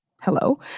Hello